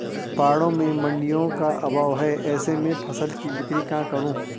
पहाड़ों में मडिंयों का अभाव है ऐसे में फसल की बिक्री कहाँ करूँ?